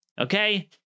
Okay